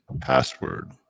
password